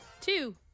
Two